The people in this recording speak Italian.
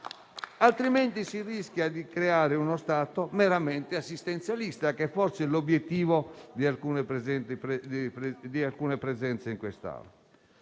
contrario, si rischia di creare uno Stato meramente assistenzialista, che è forse l'obiettivo di alcune presenze in quest'Assemblea.